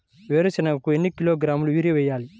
వేరుశనగకు ఎన్ని కిలోగ్రాముల యూరియా వేయాలి?